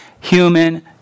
human